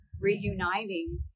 reuniting